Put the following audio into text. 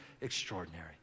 extraordinary